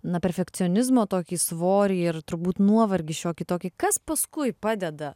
na perfekcionizmo tokį svorį ir turbūt nuovargį šiokį tokį kas paskui padeda